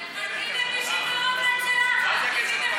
מחלקים למי שקרוב לצלחת.